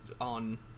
on